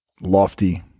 lofty